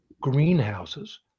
greenhouses